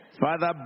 Father